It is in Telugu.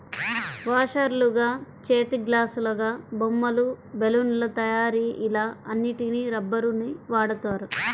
వాషర్లుగా, చేతిగ్లాసులాగా, బొమ్మలు, బెలూన్ల తయారీ ఇలా అన్నిటికి రబ్బరుని వాడుతారు